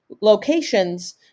locations